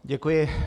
Děkuji.